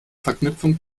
verknüpfung